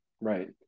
Right